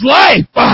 life